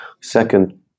Second